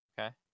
Okay